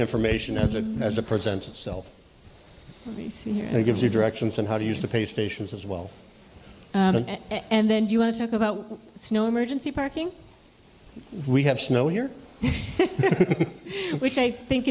information as a as a present itself see here he gives you directions on how to use the pay stations as well and then you want to talk about snow emergency parking we have snow here which i think